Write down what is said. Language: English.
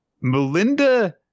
Melinda